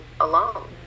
alone